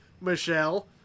Michelle